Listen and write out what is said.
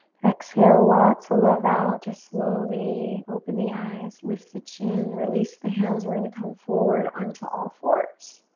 exhale lots of love out to slowly open the eyes, lift the chin, release the hands. we're gonna come forward on to all fours.